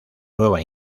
nueva